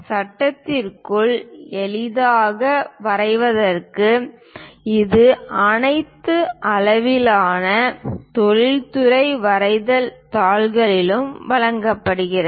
சட்டத்திற்குள் எளிதாக வரைவதற்கு இது அனைத்து அளவிலான தொழில்துறை வரைதல் தாள்களிலும் வழங்கப்படுகிறது